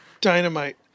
Dynamite